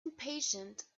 impatient